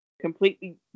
Completely